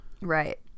Right